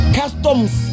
customs